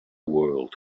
world